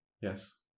Yes